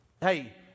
Hey